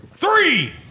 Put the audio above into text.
Three